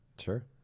Sure